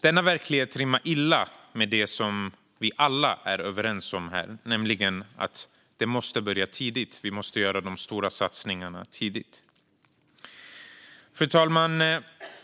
Denna verklighet rimmar illa med det som vi alla är överens om här, nämligen att vi måste göra de stora satsningarna tidigt. Fru talman!